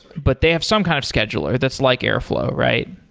but they have some kind of scheduler that's like airflow, right?